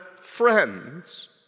friends